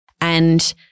And-